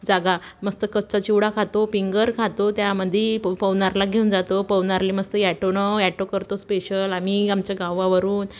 जागा मस्त कच्चा चिवडा खातो पिंगर खातो त्यामध्ये प पवनारला घेऊन जातो पवनारले मस्त अँटो न अँटो करतो स्पेशल आम्ही आमच्या गावावरून